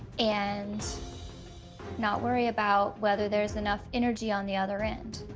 and not worry about whether there's enough energy on the other end.